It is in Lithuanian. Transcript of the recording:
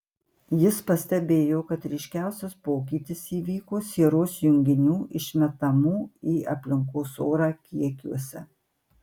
jis pastebėjo kad ryškiausias pokytis įvyko sieros junginių išmetamų į aplinkos orą kiekiuose